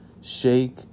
shake